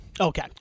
okay